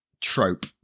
trope